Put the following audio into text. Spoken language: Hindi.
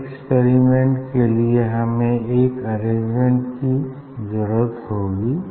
इस एक्सपेरिमेंट के लिए हमें एक अरेंजमेंट की जरुरत होगी